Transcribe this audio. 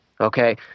Okay